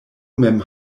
mem